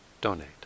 donate